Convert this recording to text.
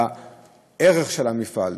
בערך של המפעל.